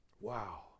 Wow